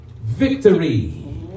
victory